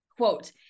Quote